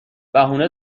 بهونه